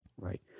right